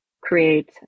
create